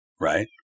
right